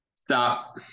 Stop